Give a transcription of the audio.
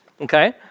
Okay